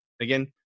again